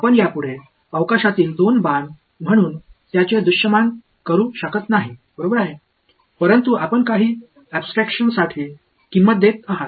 आपण यापुढे अवकाशातील दोन बाण म्हणून त्याचे दृश्यमान करू शकत नाही बरोबर आहे परंतु आपण काही अॅबस्ट्रॅक्शनसाठी किंमत देत आहात